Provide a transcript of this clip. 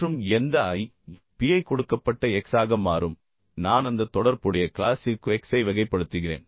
மற்றும் எந்த i p ஐ கொடுக்கப்பட்ட x ஆக மாறும் நான் அந்த தொடர்புடைய கிளாசிற்கு x ஐ வகைப்படுத்துகிறேன்